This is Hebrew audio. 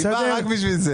היא באה רק בשביל זה.